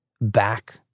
back